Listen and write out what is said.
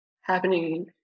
happening